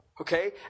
Okay